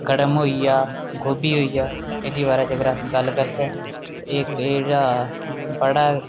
कड़म होई गेआ गोभी होई गेआ एह्दे बारे च अगर अस गल्ल करचै ते एह् जेह्ड़ा बड़ा